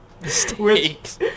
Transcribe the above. Mistakes